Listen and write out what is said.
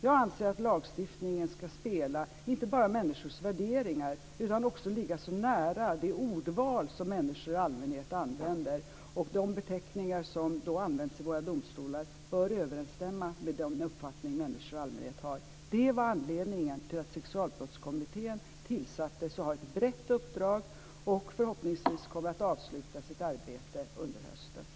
Jag anser att lagstiftningen inte bara ska spegla människors värderingar utan också ligga nära det ordval människor i allmänhet använder. De beteckningar som används i våra domstolar bör överensstämma med den uppfattning människor i allmänhet har. Det var anledningen till att Sexualbrottskommittén tillsattes. Den har ett brett uppdrag och kommer förhoppningsvis att avsluta sitt arbete under hösten.